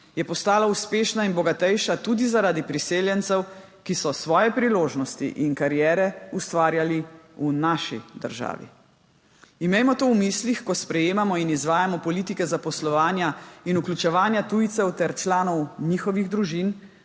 je postala uspešna in bogatejša tudi zaradi priseljencev, ki so svoje priložnosti in kariere ustvarjali v naši državi. Imejmo to v mislih, ko sprejemamo in izvajamo politike zaposlovanja in vključevanja tujcev ter članov njihovih družin,